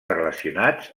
relacionats